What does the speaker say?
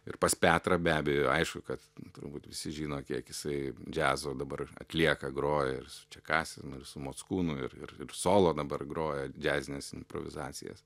ir pas petrą be abejo aišku kad turbūt visi žino kiek jisai džiazo dabar atlieka groja ir su čekasinu ir su mockūnu ir ir ir solo dabar groja džiazines improvizacijas